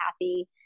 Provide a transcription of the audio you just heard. happy